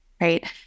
right